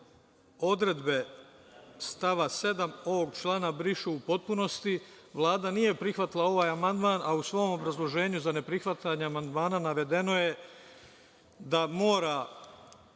odredbe stava 7. ovog člana brišu u potpunosti. Vlada nije prihvatila ovaj amandman, a u svom obrazloženju za neprihvatanje amandmana navedeno je da mora